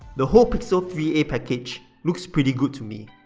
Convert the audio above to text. the whole pixel three a package looks pretty good to me.